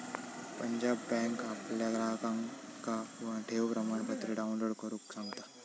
Punjab bank आपल्या ग्राहकांका ठेव प्रमाणपत्र डाउनलोड करुक सांगता